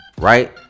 right